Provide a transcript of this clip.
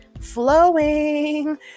flowing